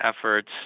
efforts